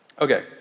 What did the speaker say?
Okay